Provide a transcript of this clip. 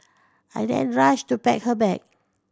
I then rushed to pack her bag